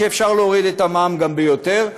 אפשר להוריד את המע"מ גם ביותר.